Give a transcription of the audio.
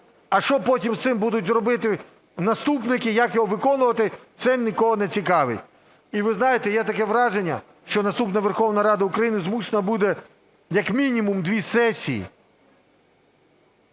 а що потім з цим будуть робити наступники, як його виконувати, це нікого не цікавить. І, ви знаєте, є таке враження, що наступна Верховна Рада України змушена буде як мінімум дві сесії